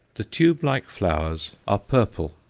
the tube-like flowers are purple,